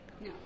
No